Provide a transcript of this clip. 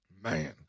man